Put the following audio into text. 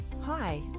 hi